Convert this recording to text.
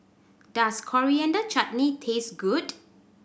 does Coriander Chutney taste good